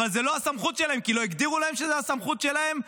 אבל זו לא הסמכות שלהם כי לא הגדירו להם שזו הסמכות שלהם,